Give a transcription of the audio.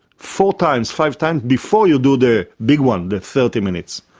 four times, five times before you do the big one, the thirty minutes.